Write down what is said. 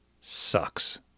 sucks